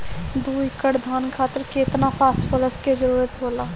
दु एकड़ धान खातिर केतना फास्फोरस के जरूरी होला?